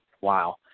Wow